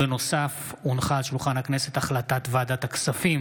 מאת חבר הכנסת רון כץ,